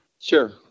sure